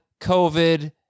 COVID